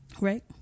right